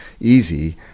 easy